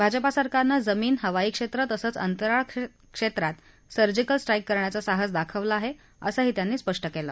भाजपा सरकारनं जमीन हवाई क्षेत्र तसंच अंतराळ क्षेत्रात सर्जीकल स्ट्रा क्रे करण्याच साहस दाखवल आहे असंही त्यांनी स्पष्ट केलं